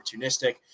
opportunistic